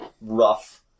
rough